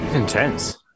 intense